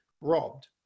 robbed